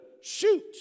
shoot